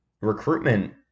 recruitment